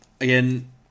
Again